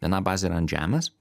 viena bazė yra ant žemės